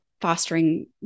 fostering